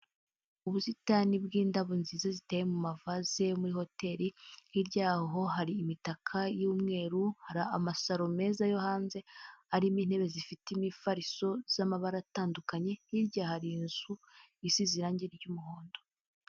Ubusitani bw'indabo nziza ziteye mu mavase yo muri hotel, hirya yaho hari imitaka y'umweru, hari amasaro meza yo hanze arimo intebe zifite imifariso z'amabara atandukanye, hirya hari inzu isize irangi ry'umuhondo.